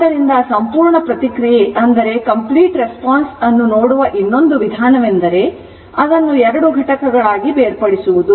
ಆದ್ದರಿಂದ ಸಂಪೂರ್ಣ ಪ್ರತಿಕ್ರಿಯೆ ಯನ್ನು ನೋಡುವ ಇನ್ನೊಂದು ವಿಧಾನವೆಂದರೆ ಅದನ್ನು ಎರಡು ಘಟಕ ಗಳನ್ನಾಗಿ ಬೇರ್ಪಡಿಸುವುದು